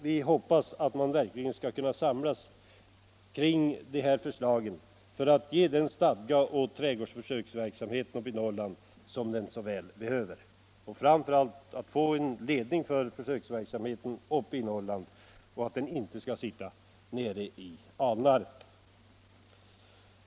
Vi hoppas nu att man skall kunna samlas kring de här förslagen för att därmed ge den stadga åt trädgårdsförsöksverksamheten i Norrland som den så väl behöver, och framför allt hoppas vi få en ledning för försöksverksamheten som blir förlagd uppe i Norrland; den bör inte sitta nere i Alnarp.